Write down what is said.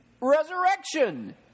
resurrection